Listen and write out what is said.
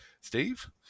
Steve